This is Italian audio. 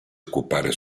occupare